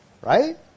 Right